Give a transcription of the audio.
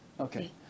Okay